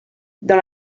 dans